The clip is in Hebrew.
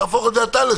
תהפוך את זה אתה לשואו.